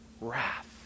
wrath